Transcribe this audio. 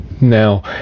now